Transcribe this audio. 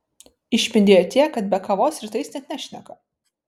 išpindėjo tiek kad be kavos rytais net nešneka